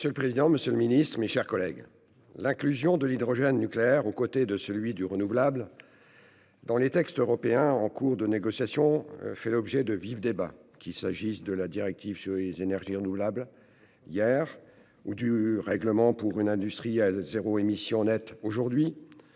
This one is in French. Monsieur le président, monsieur le ministre, mes chers collègues, l'inclusion de l'hydrogène nucléaire aux côtés de l'hydrogène renouvelable dans les textes européens en cours de négociation, qu'il s'agisse de la révision de la directive sur les énergies renouvelables ou du règlement pour une industrie à zéro émission nette,